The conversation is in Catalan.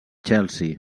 chelsea